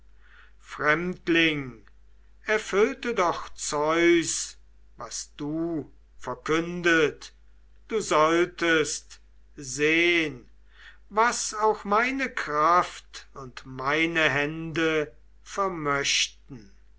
fremdling erfüllte doch zeus was du verkündet du solltest sehn was auch meine kraft und meine hände vermöchten